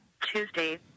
Tuesday